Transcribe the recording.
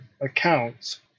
accounts